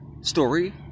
story